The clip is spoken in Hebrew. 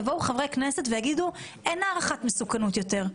יבואו חברי כנסת ויגידו שאין הערכת מסוכנות יותר.